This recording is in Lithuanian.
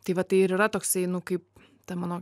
tai va tai ir yra toksai nu kaip tai mano